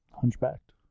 hunchbacked